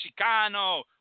Chicano